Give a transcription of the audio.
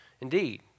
Indeed